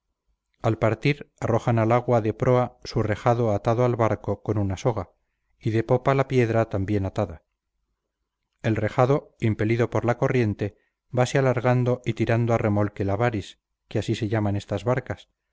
al partir arrojan al agua de proa su rejado atado al barco con una soga y de popa la piedra también atada el rejado impelido por la corriente vase largando y tirando a remolque la baris que así se llaman estas barcas